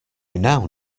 now